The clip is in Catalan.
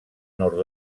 nord